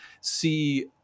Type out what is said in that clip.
see